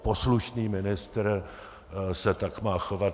Poslušný ministr se tak má chovat.